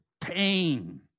pain